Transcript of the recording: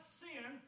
sin